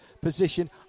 position